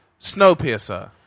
Snowpiercer